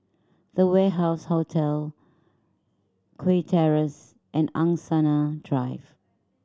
The Warehouse Hotel Kew Terrace and Angsana Drive